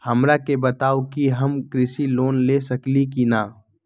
हमरा के बताव कि हम कृषि लोन ले सकेली की न?